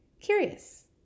Curious